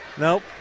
Nope